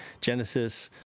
Genesis